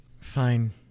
fine